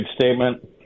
statement